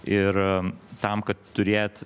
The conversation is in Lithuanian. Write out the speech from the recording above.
ir tam kad turėt